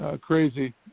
crazy